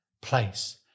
place